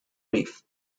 reef